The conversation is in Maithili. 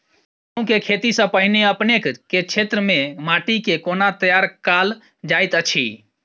गेंहूँ केँ खेती सँ पहिने अपनेक केँ क्षेत्र मे माटि केँ कोना तैयार काल जाइत अछि?